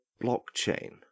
blockchain